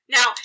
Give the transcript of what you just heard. Now